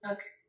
Okay